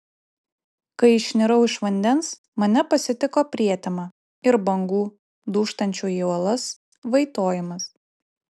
kai išnirau iš vandens mane pasitiko prietema ir bangų dūžtančių į uolas vaitojimas